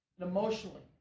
emotionally